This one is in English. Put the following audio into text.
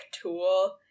tool